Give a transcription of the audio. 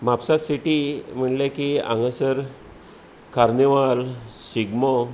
म्हापशां सिटी म्हणलें की हांगासर कार्निवाल शिगमो